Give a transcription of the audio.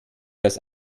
das